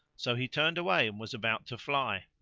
so he turned away and was about to fly.